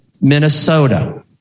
Minnesota